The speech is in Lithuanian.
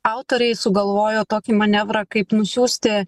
autoriai sugalvojo tokį manevrą kaip nusiųsti